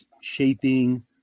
shaping